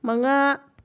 ꯃꯉꯥ